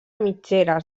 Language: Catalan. mitgeres